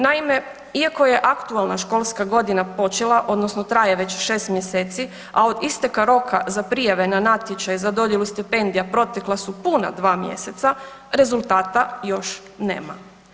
Naime, iako je aktualna školska godina počela, odnosno traje već 6 mjeseci, a od isteka roka za prijave na natječaj za dodjelu stipendija protekla su puna 2 mjeseca, rezultata još nema.